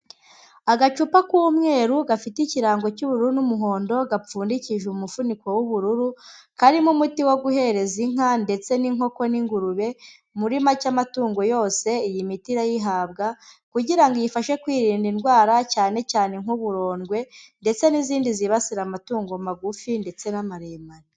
Agacupa k'umweru gafite ikirango cy'ubururu n'umuhondo, gapfundikishije umufuniko w'ubururu karimo umuti wo guhereza inka ndetse n'inkoko n'ingurube muri make amatungo yose iyi miti irayihabwa kugira ngo iyifashe kwirinda indwara cyane cyane nk'uburondwe ndetse n'izindi zibasira amatungo magufi ndetse n'amaremare.